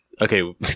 okay